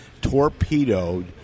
torpedoed